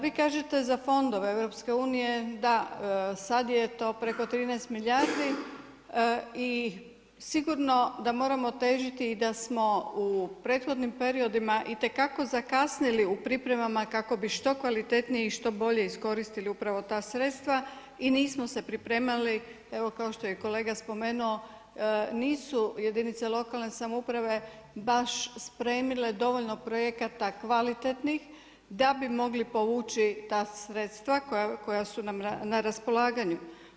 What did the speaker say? Vi kažete za fondove EU, da, sada je to preko 13 milijardi i sigurno da moramo težiti i da smo u prethodnim periodima itekako zakasnili u pripremama kako bi što kvalitetnije i što bolje iskoristili upravo ta sredstva i nismo se pripremali evo kao što je kolega spomenuo, nisu jedinice lokalne samouprave baš spremile dovoljno projekata kvalitetnih da bi mogle povući ta sredstva koja su nam na raspolaganju.